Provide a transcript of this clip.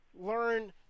learn